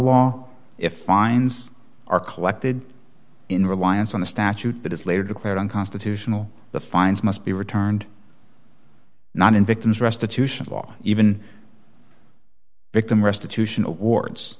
law if fines are collected in reliance on a statute that is later declared unconstitutional the fines must be returned not in victims restitution law even victim restitution awards